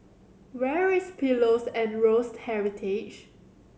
where is Pillows and Roast Heritage